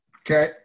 Okay